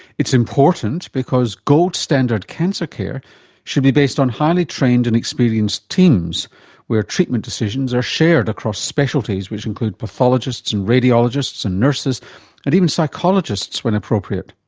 it's important because gold standard cancer care should be based on highly trained and experienced teams where treatment decisions are shared across specialties which include pathologists and radiologists and nurses and even psychologists when appropriate.